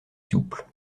souple